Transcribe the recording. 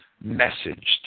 message